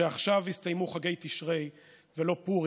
שעכשיו הסתיימו חגי תשרי ולא פורים,